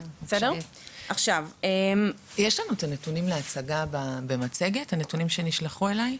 יש לנו את הנתונים להצגה במצגת הנתונים שנשלחו אלינו?